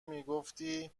میگفتی